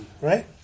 right